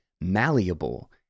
malleable